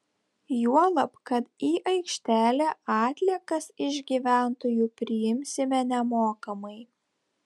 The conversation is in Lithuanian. juolab kad į aikštelę atliekas iš gyventojų priimsime nemokamai